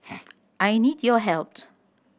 I need your help